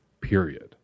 period